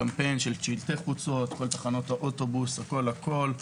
מדובר בקמפיין שכלל שלטי חוצות בכל תחנות האוטובוס ובכל מקום,